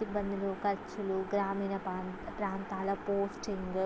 సిబ్బందులు కచ్చులు గ్రామీణ ప్రాం ప్రాంతాల పోస్టింగ్